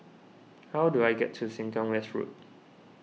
how do I get to Sengkang West Road